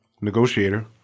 negotiator